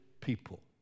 people